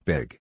Big